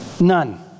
None